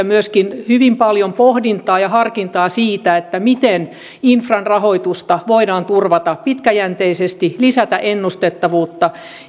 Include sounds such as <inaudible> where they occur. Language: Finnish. <unintelligible> myöskin hyvin paljon pohdintaa ja harkintaa siitä miten infran rahoitusta voidaan turvata pitkäjänteisesti lisätä ennustettavuutta